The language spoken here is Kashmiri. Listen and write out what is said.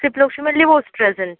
سِلو چھُ مےٚ لِوسِٹریٖزٕن چھُ